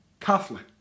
Catholic